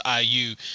IU